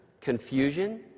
confusion